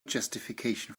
justification